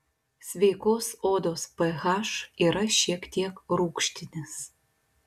sveikos odos ph yra šiek tiek rūgštinis